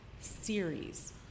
series